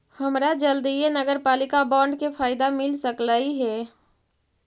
हमरा जल्दीए नगरपालिका बॉन्ड के फयदा मिल सकलई हे